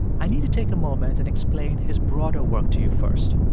i need to take a moment and explain his broader work to you first